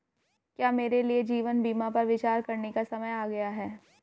क्या मेरे लिए जीवन बीमा पर विचार करने का समय आ गया है?